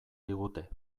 digute